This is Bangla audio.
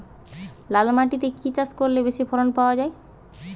লাল মাটিতে কি কি চাষ করলে বেশি ফলন পাওয়া যায়?